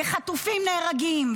וחטופים נהרגים,